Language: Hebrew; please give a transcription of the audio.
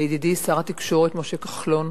לידידי שר התקשורת משה כחלון,